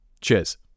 cheers